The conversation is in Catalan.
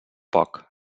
poc